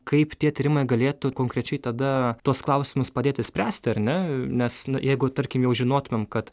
kaip tie tyrimai galėtų konkrečiai tada tuos klausimus padėti spręsti ar ne nes jeigu tarkim jau žinotumėm kad